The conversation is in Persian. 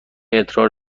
ادرار